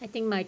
I think my